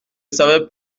savais